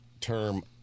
term